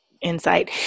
insight